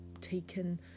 taken